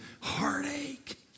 heartache